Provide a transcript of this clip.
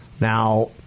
Now